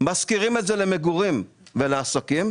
משכירים את זה למגורים ולעסקים,